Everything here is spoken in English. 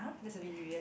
that's a bit weird